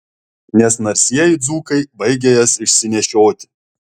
nes narsieji dzūkai baigia jas išsinešioti